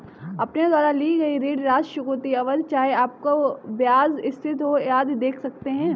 अपने द्वारा ली गई ऋण राशि, चुकौती अवधि, चाहे आपका ब्याज स्थिर हो, आदि देख सकते हैं